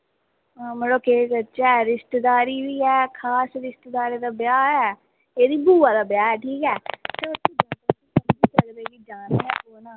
हां मड़ो केह् करचै रिश्तेदारी बी ऐ खास रिश्तेदारी दा ब्याह् ऐ एह्दी बुआ दा ब्याह् ऐ ठीक ऐ